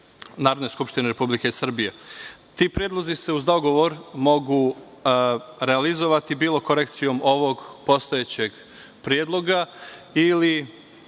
Narodne skupštine Republike Srbije. Ti predlozi se uz dogovor mogu realizovati, bilo korekcijom ovog postojećeg predloga,